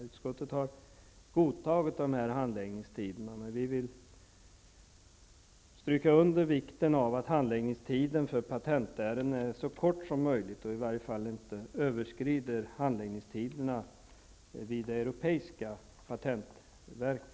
Utskottet har godtagit dessa handläggningstider men vill understryka vikten av att handläggningstider för patentärenden är så kort som möjligt och att de i varje fall inte överskrider handläggningstiderna vid europeiska patentverket.